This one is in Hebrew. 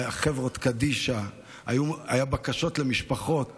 חברות קדישא, היו למשפחות